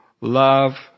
Love